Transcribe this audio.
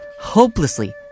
hopelessly